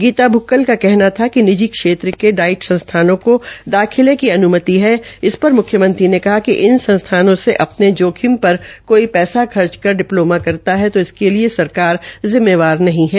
गीता भुक्कल का कहना था कि निजी क्षेत्र के डाइट संसथानों को दाखिले की अन्मति है इस पर मुख्यमंत्री ने कहा कि इन संसथानों से अपने जोखिम पर कोई पैसा खर्च कर डिप्लोमा करता है तो इसके लिए सरकार जिम्मेदार नहीं है